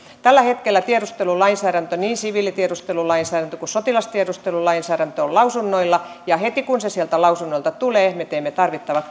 tällä hetkellä tiedustelulainsäädäntö niin siviilitiedustelulainsäädäntö kuin sotilastiedustelulainsäädäntö on lausunnoilla ja heti kun se sieltä lausunnoilta tulee me teemme tarvittavat korjaukset